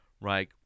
right